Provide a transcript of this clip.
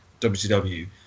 WCW